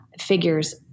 figures